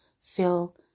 fill